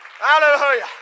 Hallelujah